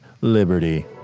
liberty